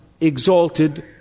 exalted